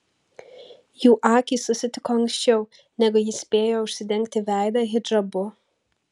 jų akys susitiko anksčiau negu ji spėjo užsidengti veidą hidžabu